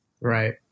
Right